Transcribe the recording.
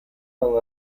und